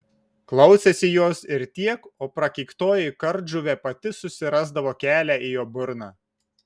klausėsi jos ir tiek o prakeiktoji kardžuvė pati susirasdavo kelią į jo burną